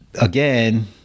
again